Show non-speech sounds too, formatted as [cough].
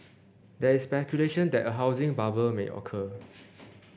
there is speculation that a housing bubble may occur [noise]